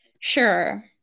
sure